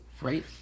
Right